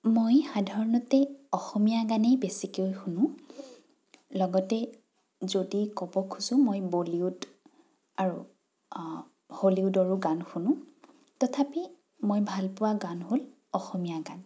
মই সাধাৰণতে অসমীয়া গানেই বেছিকৈ শুনোঁ লগতে যদি ক'ব খোজোঁ মই বলিউড আৰু হলিউডৰো গান শুনোঁ তথাপি মই ভালপোৱা গান হ'ল অসমীয়া গান